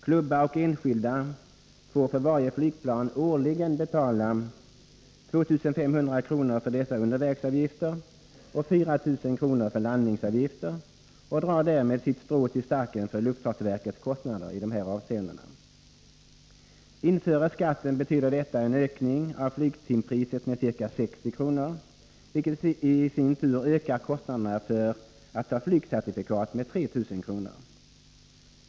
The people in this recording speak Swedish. Klubbar och enskilda får för varje flygplan årligen betala 2 500 kr. i dessa undervägsavgifter och 4 000 kr. i landningsavgifter och drar därmed sitt strå till stacken för luftfartsverkets kostnader i dessa avseenden. Om skatten införs, betyder detta en ökning av flygtimpriset med ca 60 kr., vilket isin tur ökar kostnaderna för att ta flygcertifikat med 3 000 kr.